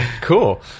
Cool